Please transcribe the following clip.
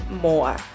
more